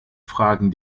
fragen